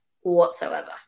whatsoever